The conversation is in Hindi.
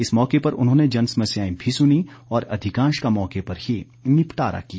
इस मौके पर उन्होंने जनसमस्याएं भी सुनी और अधिकांश का मौके पर ही निपटारा कर दिया